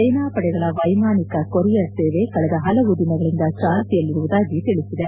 ಸೇನಾಪಡೆಗಳ ವೈಮಾನಿಕ ಕೊರಿಯರ್ ಸೇವೆ ಕಳೆದ ಹಲವು ದಿನಗಳಿಂದ ಚಾಲ್ತಿಯಲ್ಲಿರುವುದಾಗಿ ತಿಳಿಸಿದೆ